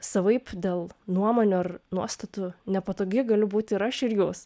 savaip dėl nuomonių ar nuostatų nepatogi galiu būti ir aš ir jūs